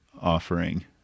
offering